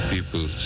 People